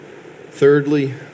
Thirdly